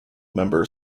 member